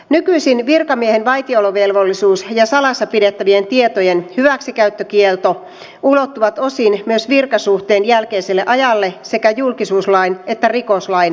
nykyisin virkamiehen vaitiolovelvollisuus ja salassa pidettävien tietojen hyväksikäyttökielto ulottuvat osin myös virkasuhteen jälkeiselle ajalle sekä julkisuuslain että rikoslain mukaan